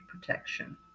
protection